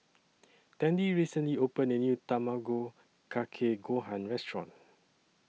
Tandy recently opened A New Tamago Kake Gohan Restaurant